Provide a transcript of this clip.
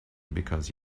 because